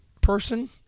person